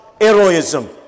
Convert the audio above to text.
heroism